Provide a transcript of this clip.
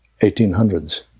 1800s